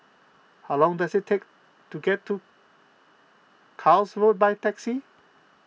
how long does it take to get to Carlisle Road by taxi